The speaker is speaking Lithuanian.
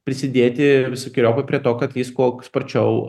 prisidėti visokeriopai prie to kad jis kuo sparčiau